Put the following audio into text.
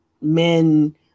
men